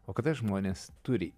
o kada žmonės turi